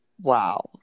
Wow